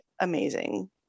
amazing